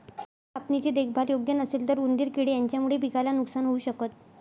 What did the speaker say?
पिक कापणी ची देखभाल योग्य नसेल तर उंदीर किडे यांच्यामुळे पिकाला नुकसान होऊ शकत